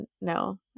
no